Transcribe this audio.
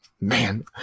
Man